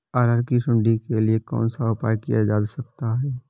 अरहर की सुंडी के लिए कौन सा उपाय किया जा सकता है?